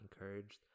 encouraged